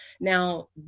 Now